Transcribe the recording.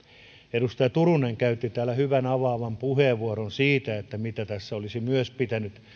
edustaja turunen käytti täällä hyvän avaavan puheenvuoron siitä mitä tässä olisi myös pitänyt